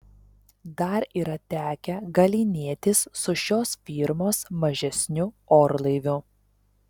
dar yra tekę galynėtis su šios firmos mažesniu orlaiviu